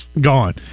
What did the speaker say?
gone